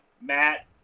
Matt